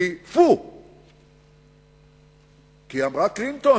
מ"פו"; כי אמרה קלינטון,